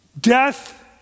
Death